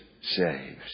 saves